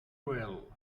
well